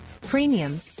premium